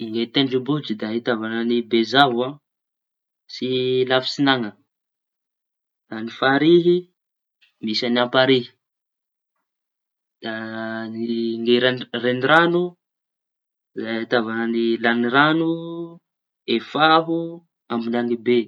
Ny tendrombohitry de ahitavaña ny Bezavo sy lafitsiñañana. A ny farihy misy añy Amparihy da ny ny reñiraño le ahitavan'ny lañiraño, Efaho, Ambiñanibe.